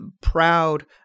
proud